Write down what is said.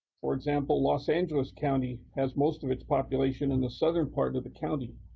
for example, los angeles county has most of its population in the southern part of the county.